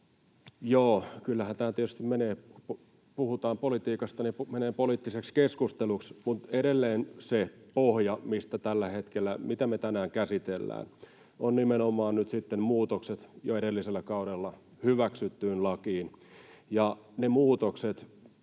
Joo, kyllähän tämä, kun politiikasta puhutaan, tietysti menee poliittiseksi keskusteluksi. Mutta edelleen se pohja, mitä me tänään käsitellään, on nimenomaan nyt sitten muutokset jo edellisellä kaudella hyväksyttyyn lakiin,